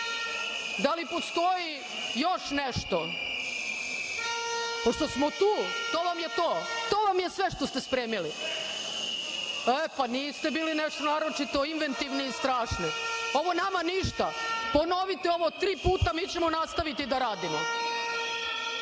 Da li postoji još nešto? To vam je to? To vam je sve što ste spremili? Pa, niste bili nešto naročito inventivni i strašni. Ovo je nama ništa. Ponovite ovo tri puta, mi ćemo nastaviti da radimo. Ništa